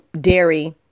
dairy